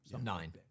nine